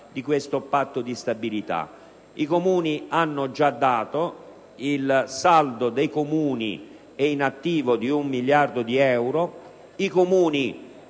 del Patto di stabilità. I Comuni hanno già dato. Il saldo dei Comuni è in attivo di un miliardo di euro. I Comuni